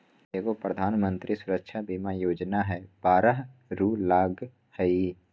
एगो प्रधानमंत्री सुरक्षा बीमा योजना है बारह रु लगहई?